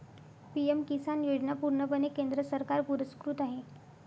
PM Kisan योजना पूर्णपणे केंद्र सरकार पुरस्कृत आहे